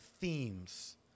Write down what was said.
themes